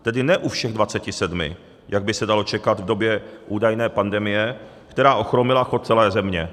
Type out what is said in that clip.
Tedy ne u všech dvaceti sedmi, jak by se dalo čekat v době údajné pandemie, která ochromila chod celé země.